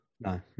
No